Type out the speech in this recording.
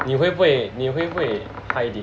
你会不会你会不会 hide it